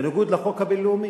בניגוד לחוק הבין-לאומי.